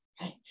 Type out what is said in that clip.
right